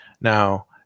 Now